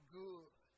good